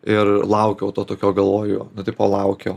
ir laukiau to tokio galvoju nu tipo laukiau